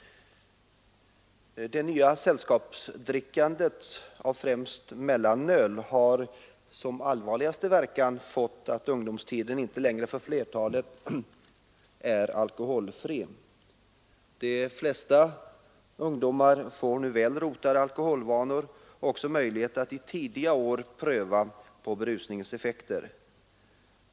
Det nya sällskapsdrickandet av främst mellanöl har som allvarligaste verkan haft att ungdomstiden för flertalet inte längre är alkoholfri. De flesta ungdomarna får nu väl rotade alkoholvanor och även möjligheter att i tidiga år pröva berusningsmedel.